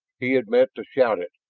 he had meant to shout it,